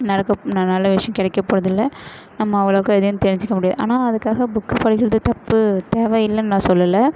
நடக்க நல்ல விஷயம் கிடைக்க போவது இல்லை நம்ம அவ்வளோக்கு எதையும் தெரிஞ்சுக்க முடியாது ஆனால் அதுக்காக புக்கை படிக்கிறது தப்பு தேவை இல்லைன்னு நான் சொல்லலை